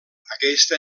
aquesta